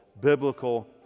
biblical